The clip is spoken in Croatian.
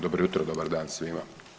Dobro jutro, dobar dan svima.